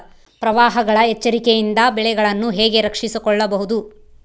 ಪ್ರವಾಹಗಳ ಎಚ್ಚರಿಕೆಯಿಂದ ಬೆಳೆಗಳನ್ನು ಹೇಗೆ ರಕ್ಷಿಸಿಕೊಳ್ಳಬಹುದು?